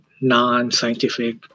non-scientific